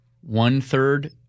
one-third